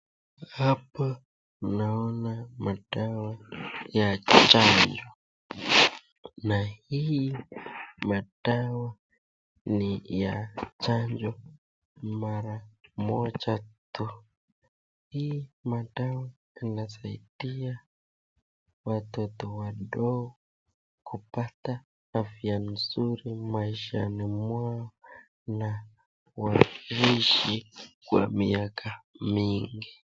Hapa naona madawa ya chanjo na hii madawa ni ya chanjo mara moja tu. Hii madawa inasaidia watoto wadogo kupata afya nzuri maishani mwao na waishi kwa miaka mingi.